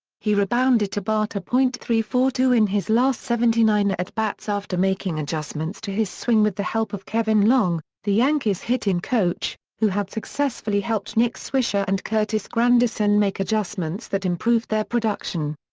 he rebounded to bat point three four two in his last seventy nine at-bats after making adjustments to his swing with the help of kevin long, the yankees hitting coach, who had successfully helped nick swisher and curtis granderson make adjustments adjustments that improved their production.